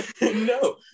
no